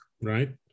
right